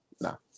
No